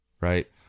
right